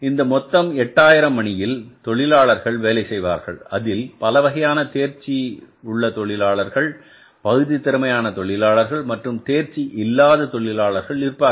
இந்த மொத்தம் 8000 மணியில் தொழிலாளர்கள் வேலை செய்வார்கள் அதில் பலவகையான தொழிலாளர்கள் தேர்ச்சி உள்ள தொழிலாளர்கள் பகுதி திறமையான தொழிலாளர்கள் மற்றும் தேர்ச்சி இல்லாத தொழிலாளர்கள் இருப்பார்கள்